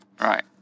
Right